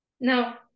Now